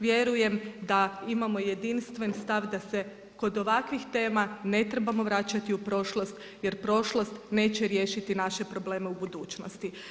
Vjerujem da imamo jedinstven stav da se kod ovakvih tema ne trebamo vraćati u prošlost jer prošlost neće riješiti naše probleme u budućnosti.